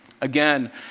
Again